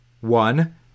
one